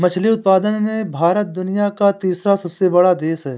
मछली उत्पादन में भारत दुनिया का तीसरा सबसे बड़ा देश है